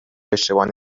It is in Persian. اشتباه